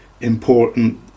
important